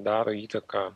daro įtaką